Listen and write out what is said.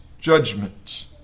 judgment